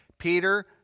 Peter